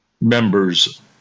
members